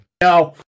No